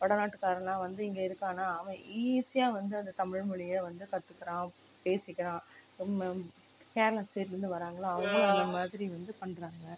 வடநாட்டுக்காரன்லாம் வந்து இங்கே இருக்கானா அவன் ஈசியாக வந்து அந்த தமிழ் மொழியை வந்து கற்றுக்குறான் பேசிக்கிறான் நம்ம கேரளா ஸ்டேட்லேருந்து வராங்களோ அவர்களும் அந்த மாதிரி வந்து பண்றாங்க